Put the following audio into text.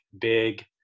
big